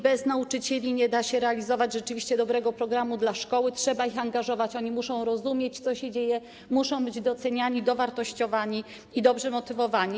Bez nauczycieli nie da się realizować rzeczywiście dobrego programu dla szkoły, trzeba ich angażować, oni muszą rozumieć, co się dzieje, muszą być doceniani, dowartościowani i dobrze motywowani.